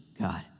God